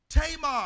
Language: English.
Tamar